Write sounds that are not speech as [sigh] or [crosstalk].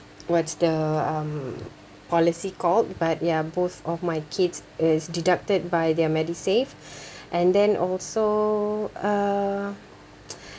what's the um policy called but ya both of my kids is deducted by their medisave [breath] and then also uh